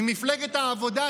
ממפלגת העבודה,